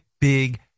big